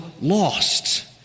lost